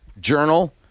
journal